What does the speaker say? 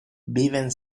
viven